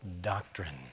doctrine